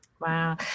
Wow